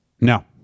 No